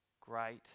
Great